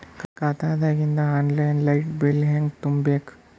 ಖಾತಾದಾಗಿಂದ online light bill ಹೇಂಗ ತುಂಬಾ ಬೇಕು?